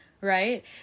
right